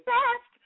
Best